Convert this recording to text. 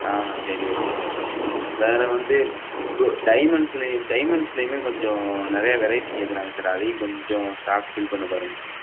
ஆ சரி okay sir வே வேறு வந்து டைமண்ட்ஸில் டைமண்ட்ஸ்லையுமே கொஞ்சம் நிறையா வெரைட்டி கேட்குறாங்க சார் அதையும் கொஞ்சம் ஸ்டாக் ஃபில் பண்ண பாருங்கள் சார்